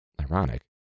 ironic